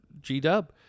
G-Dub